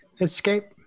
escape